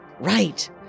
Right